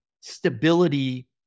stability